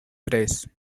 tres